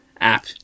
app